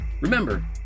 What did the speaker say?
Remember